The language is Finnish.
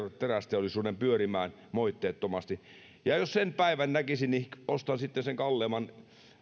terästeollisuuden pyörimään moitteettomasti jos sen päivän näkisin niin ostan sitten kalleimman